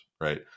right